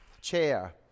chair